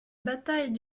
bataille